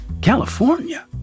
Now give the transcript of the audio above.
California